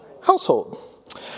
Household